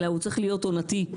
אלא צריך להיות עונתי,